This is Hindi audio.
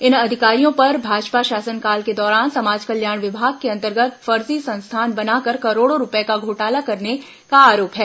इन अधिकारियों पर भाजपा शासनकाल के दौरान समाज कल्याण विभाग के अंतर्गत फर्जी संस्थान बनाकर करोड़ों रुपए का घोटाला करने का आरोप है